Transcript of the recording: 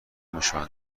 میشوند